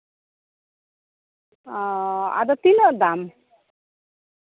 ᱚᱻ ᱟᱫᱚ ᱛᱤᱱᱟᱹᱜ ᱫᱟᱢ